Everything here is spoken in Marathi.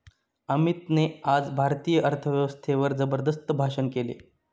अमितने आज भारतीय अर्थव्यवस्थेवर जबरदस्त भाषण केले